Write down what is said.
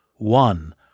One